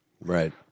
Right